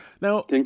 Now